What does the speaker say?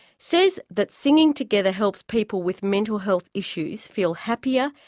says that singing together helps people with mental health issues feel happier,